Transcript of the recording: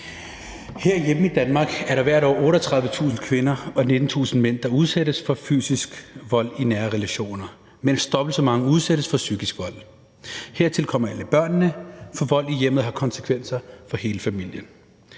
Herhjemme i Danmark er der hvert år 38.000 kvinder og 19.000 mænd, der udsættes for fysisk vold i nære relationer, mens dobbelt så mange udsættes for psykisk vold. Hertil kommer alle børnene, for vold i hjemmet har konsekvenser for hele familien.